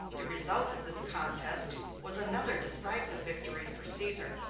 the result of this contest was another decisive victory for caesar.